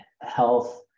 health